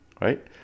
right